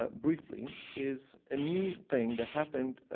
ah briefly, is a new thing that happened,